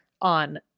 on